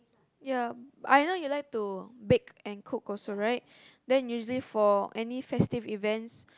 ya I know you like to bake and cook also right then usually for any festive events